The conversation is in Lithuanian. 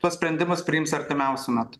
tuos sprendimus priims artimiausiu metu